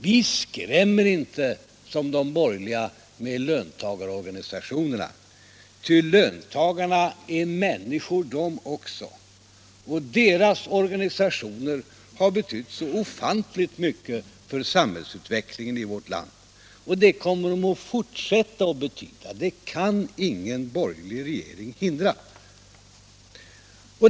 Vi skrämmer inte, som de borgerliga, med löntagaroganisationerna, ty löntagarna är människor de också och deras organisationer har betytt så ofantligt mycket för samhällsutvecklingen i vårt land, och det kommer de att fortsätta att göra. Det kan ingen borgerlig regering hindra.